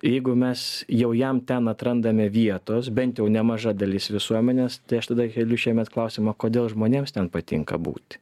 jeigu mes jau jam ten atrandame vietos bent jau nemaža dalis visuomenės tai aš tada keliu šiemet klausimą kodėl žmonėms ten patinka būt